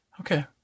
Okay